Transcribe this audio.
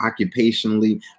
occupationally